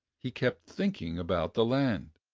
he kept thinking about the land.